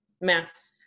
math